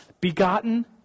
begotten